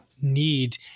need